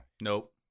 Nope